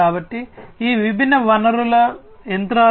కాబట్టి ఈ విభిన్న వనరులు యంత్రాలు